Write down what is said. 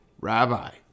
Rabbi